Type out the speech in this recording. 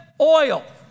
oil